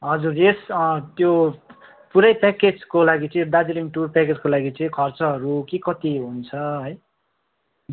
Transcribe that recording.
हजुर यस त्यो पुरै प्याकेजको लागि चाहिँ दार्जिलिङ टुर प्याकेजको लागि चाहिँ खर्चहरू के कति हुन्छ है